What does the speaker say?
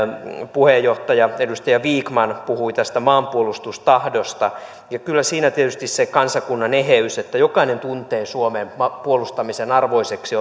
puheenjohtaja edustaja vikman puhui tästä maanpuolustustahdosta kyllä siinä tietysti se kansakunnan eheys että jokainen tuntee suomen puolustamisen arvoiseksi